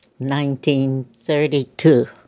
1932